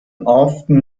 often